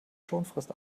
schonfrist